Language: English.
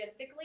logistically